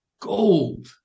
gold